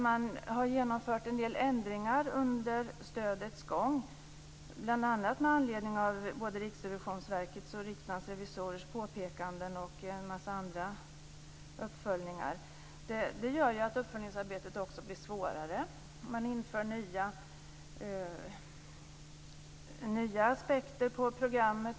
Man har genomfört en del ändringar under stödets gång, bl.a. med anledning av Riksrevisionsverkets och Riksdagens revisorers påpekanden och en massa andra uppföljningar. Det gör att uppföljningsarbetet blir svårare. Man inför nya aspekter på programmen.